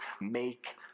make